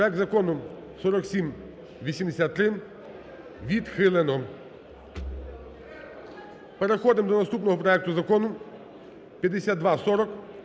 Проект Закону 4783 відхилено. Переходимо до наступного проекту Закону 5240.